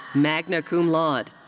magna cum laude.